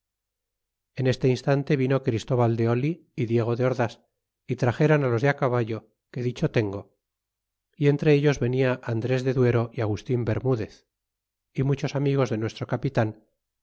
en este instante vino christóbal de oli y diego de ordas y traxeron los de caballo que dicho tengo y entre ellos venia andres de duero y agustin bermudez y muchos amigos de nuestro capitan